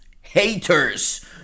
haters